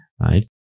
right